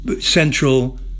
Central